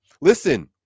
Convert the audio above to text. listen